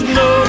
no